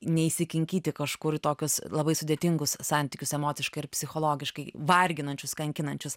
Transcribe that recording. neįsikinkyti kažkur į tokius labai sudėtingus santykius emociškai ir psichologiškai varginančius kankinančius